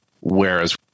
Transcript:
Whereas